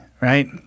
right